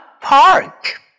park